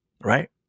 Right